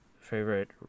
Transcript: favorite